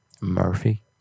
Murphy